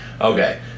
Okay